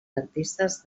artistes